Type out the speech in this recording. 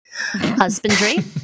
Husbandry